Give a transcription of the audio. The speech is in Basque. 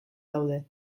daude